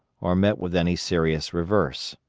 or met with any serious reverse.